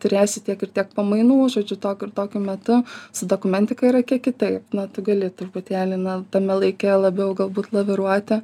turėsi tiek ir tiek pamainų žodžiu tokiu ir tokiu metu su dokumentika yra kiek kitaip na tu gali truputėlį na tame laike labiau galbūt laviruoti